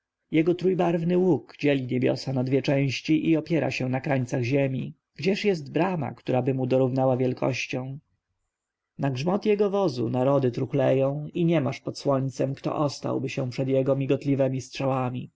jego trójbarwny łuk dzieli niebiosa na dwie części i opiera się na krańcach ziemi gdzież jest brama któraby mu dorównała wielkością na grzmot jego wozu narody truchleją i niemasz pod słońcem kto ostałby się przed jego migotliwemi strzałami